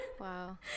Wow